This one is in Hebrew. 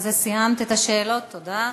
בזה סיימת את השאלות, תודה.